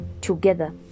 together